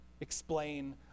explain